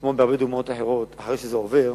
כמו בהרבה דוגמאות אחרות, אחרי שזה עובר,